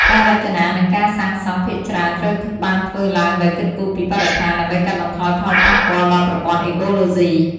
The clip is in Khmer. ការរចនា និងការសាងសង់ភាគច្រើនត្រូវបានធ្វើឡើងដោយគិតគូរពីបរិស្ថាន ដើម្បីកាត់បន្ថយផលប៉ះពាល់ដល់ប្រព័ន្ធអេកូឡូស៊ី។